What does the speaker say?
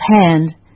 hand